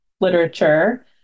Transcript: literature